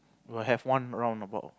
will have one roundabout